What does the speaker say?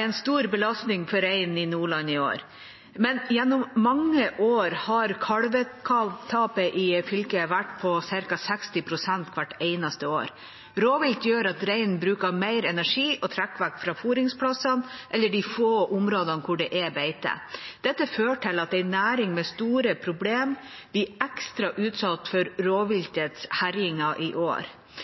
en stor belastning for reinen i Nordland i år. Men gjennom mange år har kalvetapet i fylket vært på ca. 60 pst. hvert eneste år. Rovvilt gjør at reinen bruker mer energi og trekker vekk fra fôringsplasser, eller de få områdene hvor det er beiter. Dette fører til at en næring med store problemer blir ekstra utsatt for rovviltets herjinger i år,